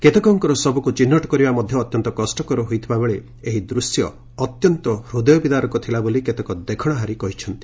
କେତେକଙ୍କର ଶବକୁ ଚିହ୍ନଟ କରିବା ମଧ୍ୟ ଅତ୍ୟନ୍ତ କଷ୍ଟକର ହୋଇଥିବା ବେଳେ ଏହି ଦୂଶ୍ୟ ଅତ୍ୟନ୍ତ ହୂଦୟ ବିଦାରକ ଥିଲା ବୋଲି କେତକ ଦେଖଣାହାରୀ କହିଛନ୍ତି